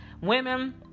women